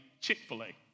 Chick-fil-A